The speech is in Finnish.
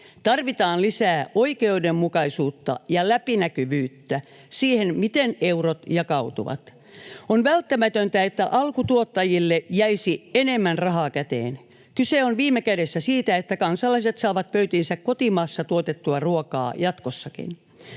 Tarvitaan lisää oikeudenmukaisuutta ja läpinäkyvyyttä siihen, miten eurot jakautuvat. On välttämätöntä, että alkutuottajille jäisi enemmän rahaa käteen. Kyse on viime kädessä siitä, että kansalaiset saavat pöytiinsä kotimaassa tuotettua ruokaa jatkossakin.